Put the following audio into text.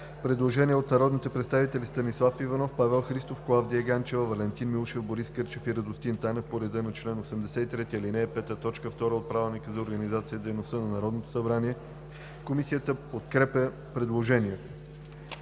предложение от народните представители Станислав Иванов, Павел Христов, Клавдия Ганчева, Валентин Милушев, Борис Кърчев и Радостин Танев по реда на чл. 83, ал. 5, т. 2 от Правилника за организацията и дейността на Народното събрание. Комисията подкрепя предложението.